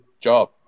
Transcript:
job